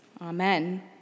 Amen